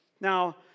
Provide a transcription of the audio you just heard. Now